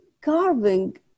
carving